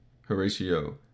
Horatio